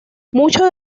muchos